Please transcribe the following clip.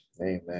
Amen